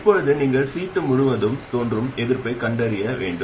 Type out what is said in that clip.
இப்போது நீங்கள் C2 முழுவதும் தோன்றும் எதிர்ப்பைக் கண்டறிய வேண்டும்